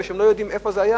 כי הם לא יודעים איפה זה היה,